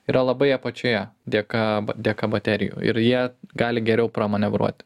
yra labai apačioje dėka dėka baterijų ir jie gali geriau pramanevruot